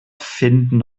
finden